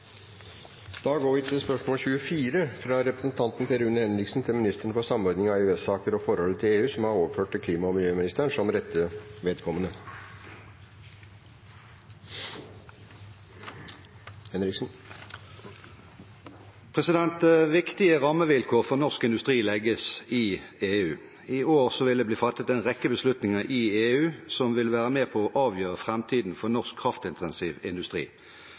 Da går vi til spørsmål 24. Dette spørsmålet, fra representanten Per Rune Henriksen til ministeren for samordning av EØS-saker og forholdet til EU, er overført til klima- og miljøministeren som rette vedkommende. «Viktige rammevilkår for norsk industri legges i EU. I år vil det bli fattet en rekke beslutninger i EU som vil være med på å avgjøre fremtiden for norsk kraftintensiv industri.